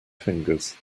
fingers